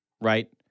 right